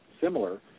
similar